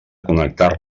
connectar